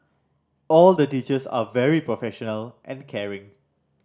all the teachers are very professional and caring